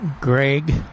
Greg